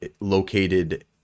located